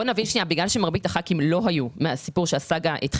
בגלל שמרבית חברי הכנסת מאז שהתחילה הסאגה,